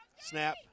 Snap